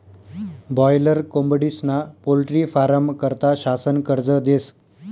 boiler कोंबडीस्ना poultry फारमं करता शासन कर्ज देस